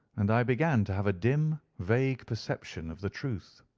and i began to have a dim, vague perception of the truth.